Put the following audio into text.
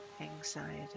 anxiety